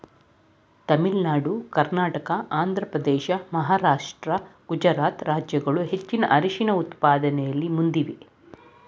ತಮಿಳುನಾಡು ಕರ್ನಾಟಕ ಆಂಧ್ರಪ್ರದೇಶ ಮಹಾರಾಷ್ಟ್ರ ಗುಜರಾತ್ ರಾಜ್ಯಗಳು ಹೆಚ್ಚಿನ ಅರಿಶಿಣ ಉತ್ಪಾದನೆಯಲ್ಲಿ ಮುಂದಿವೆ